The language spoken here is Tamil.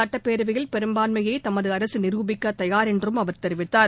சுட்டப்பேரவையில் பெரும்பான்மையை தமது அரசு நிருபிக்க தயார் என்றும் அவர் கூறினார்